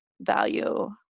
value